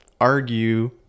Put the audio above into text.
argue